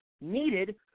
needed